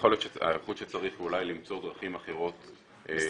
ההיערכות שצריך היא אולי למצוא דרכים אחרות להעביר מידע.